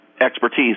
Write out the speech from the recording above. expertise